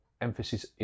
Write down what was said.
Emphasis